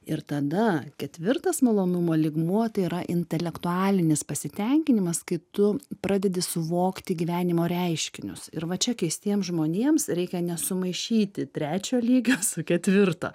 ir tada ketvirtas malonumo lygmuo tai yra intelektualinis pasitenkinimas kai tu pradedi suvokti gyvenimo reiškinius ir va čia keistiem žmonėms reikia nesumaišyti trečio lygio su ketvirto